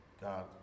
God